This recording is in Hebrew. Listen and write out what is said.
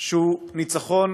שהוא ניצחון